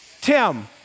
Tim